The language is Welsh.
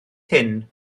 hyn